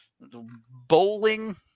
bowling